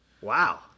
Wow